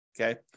Okay